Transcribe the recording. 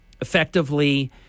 effectively